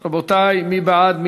רבותי, מי בעד?